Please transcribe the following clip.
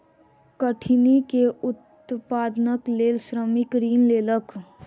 कठिनी के उत्पादनक लेल श्रमिक ऋण लेलक